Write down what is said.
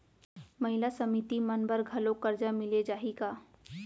महिला समिति मन बर घलो करजा मिले जाही का?